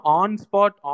on-spot